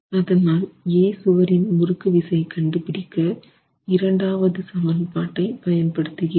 அதனால் A சுவரின் முறுக்கு விசை கண்டுபிடிக்க இரண்டாவது சமன்பாட்டைப் பயன்படுத்துகிறேன்